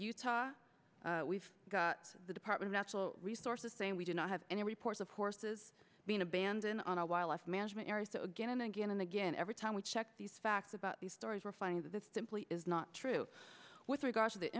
utah we've got the department natural resources saying we do not have any reports of horses being abandoned on a wildlife management area so again and again and again every time we check these facts about these stories we're finding that this simply is not true with regard to the